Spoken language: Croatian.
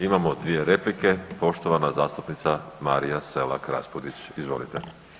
Imamo dvije replike, poštovana zastupnica Marija Selak Raspudić, izvolite.